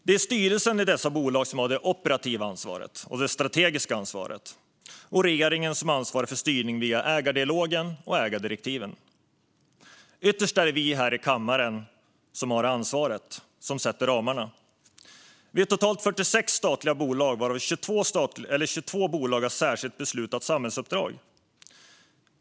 Det är styrelsen i dessa bolag som har det operativa och strategiska ansvaret, och det är regeringen som ansvarar för styrningen via ägardialog och ägardirektiv. Ytterst är det vi här i kammaren som har ansvaret och sätter ramarna. Vi har totalt 46 statliga bolag, varav 22 bolag har särskilt beslutade samhällsuppdrag.